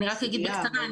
אני רק אגיד בקצרה.